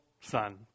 son